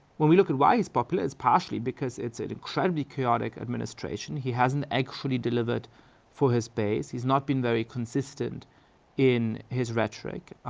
when we look at why he's popular it's partially because it's an incredibly chaotic administration, he has actually delivered for his base. he's not been very consistent in his rhetoric.